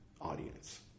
audience